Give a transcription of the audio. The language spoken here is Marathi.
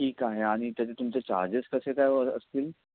ठीक आहे आणि त्याचे तुमचे चार्जेस कसे काय ओ असतील